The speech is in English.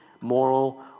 moral